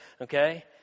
okay